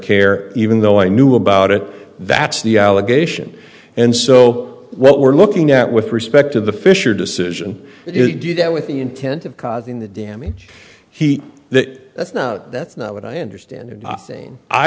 care even though i knew about it that's the allegation and so what we're looking at with respect to the fisher decision he did that with the intent of causing the damage he that that's not that's not what i understand and